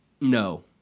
No